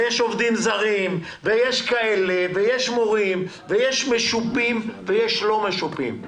ויש עובדים זרים ויש מורים ויש משופים ויש לא משופים.